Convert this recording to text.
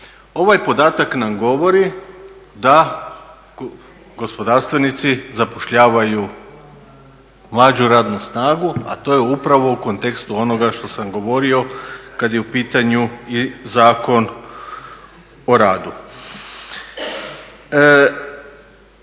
Ovaj podatak nam govori da gospodarstvenici zapošljavaju mlađu radnu snagu, a to je upravo u kontekstu onoga što sam govorio kad je u pitanju i Zakon o radu.